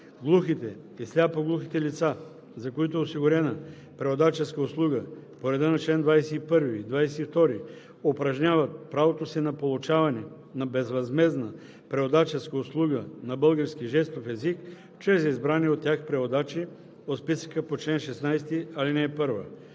Глухите и сляпо-глухите лица, за които е осигурена преводаческа услуга по реда на чл. 21 и 22, упражняват правото си на получаване на безвъзмездна преводаческа услуга на български жестов език чрез избрани от тях преводачи от списъка по чл. 16, ал.